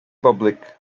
public